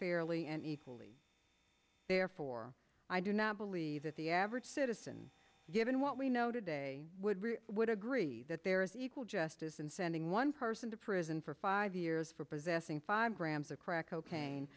fairly and equally therefore i do not believe that the average citizen given what we know today would we would agree that there is equal justice in sending one person to prison for five years for possessing five grams of crack cocaine